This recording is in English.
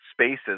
spaces